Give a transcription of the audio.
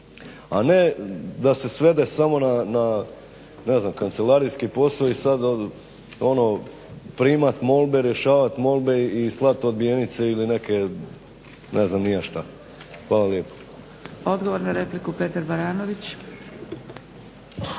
a ne da se svede samo na kancelarijski posao i sad ono primat molbe, rješavat molbe i slat odbijenice ili neke ne znam ni ja šta. Hvala lijepa. **Zgrebec, Dragica